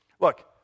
Look